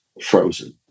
frozen